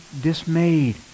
dismayed